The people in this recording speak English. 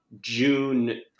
June